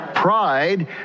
pride